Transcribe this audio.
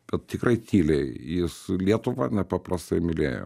bet tikrai tyliai jis lietuvą nepaprastai mylėjo